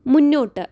മുന്നോട്ട്